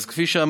אז כפי שאמרתי,